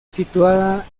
situada